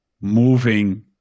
moving